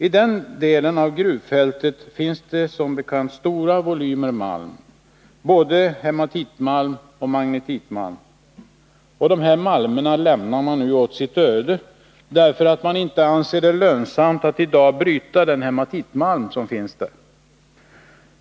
I den delen av gruvfältet finns det som bekant stora volymer malm, både hematitmalm och magnetitmalm, och de malmerna lämnar man nu åt sitt öde, därför att man inte anser det lönsamt att i dag bryta den hematitmalm som finns där.